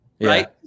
right